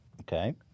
Okay